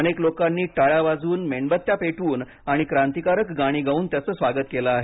अनेक लोकांनी टाळ्या वाजवून मेणबत्त्या पेटवून आणि क्रांतिकारक गाणी गाऊन याचं स्वागत केलं आहे